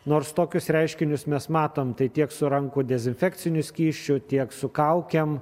nors tokius reiškinius mes matom tai tiek su rankų dezinfekciniu skysčiu tiek su kaukėm